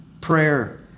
prayer